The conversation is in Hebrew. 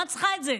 מה את צריכה את זה?